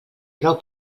prou